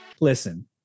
Listen